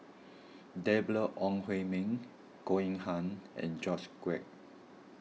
Deborah Ong Hui Min Goh Eng Han and George Quek